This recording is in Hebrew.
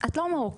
את לא מרוקאית,